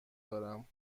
دارم